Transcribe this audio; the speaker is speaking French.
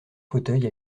fauteuils